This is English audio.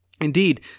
Indeed